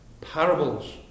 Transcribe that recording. parables